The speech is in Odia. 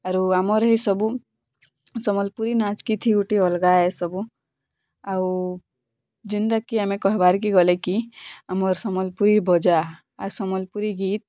ଆରୁ ଆମର୍ ହି ସବୁ ସମ୍ୱଲୀପୁରୀ ନାଚ୍ ଗୀତ୍ ହି ଗୋଟିଏ ଅଲଗା ସବୁ ଆଉ ଯିନ୍ ତା କି ଆମେ କହିବାର୍କେ ଗଲେ କି ଆମର୍ ସମଲପୁରୀ ବଜା ଆର୍ ସମଲପୁରୀ ଗୀତ୍